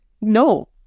No